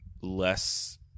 less